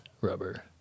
rubber